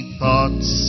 thoughts